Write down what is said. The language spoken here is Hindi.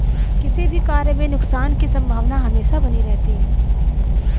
किसी भी कार्य में नुकसान की संभावना हमेशा बनी रहती है